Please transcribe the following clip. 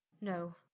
No